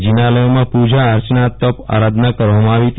જિનાલથોમાં પૂજા અર્ચના જપતપ આરાધના કરવામાં આવી હતી